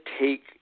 take